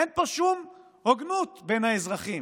אין פה שום הוגנות בין האזרחים.